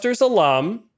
alum